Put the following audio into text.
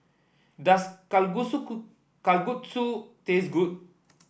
does Kalguksu Kalguksu taste good